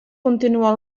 continuar